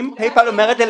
אם במצב שאני יודעת,